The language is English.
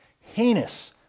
heinous